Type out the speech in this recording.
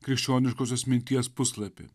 krikščioniškosios minties puslapyje